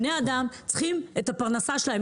בני אדם צריכים את הפרנסה שלהם.